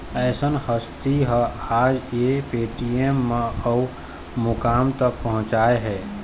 अइसन हस्ती ह आज ये पेटीएम ल उँच मुकाम तक पहुचाय हे